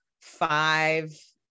five